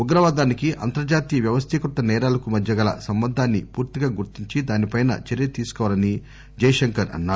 ఉగ్రవాదానికి అంతర్జాతీయ వ్యవస్థీకృత సేరాలకు మధ్య గల సంబంధాన్ని పూర్తిగా గుర్తించి దానిపై చర్య తీసుకోవాలని ఆయన అన్సారు